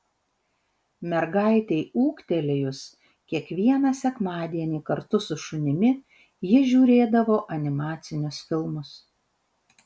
mergaitei ūgtelėjus kiekvieną sekmadienį kartu su šunimi ji žiūrėdavo animacinius filmus